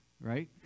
right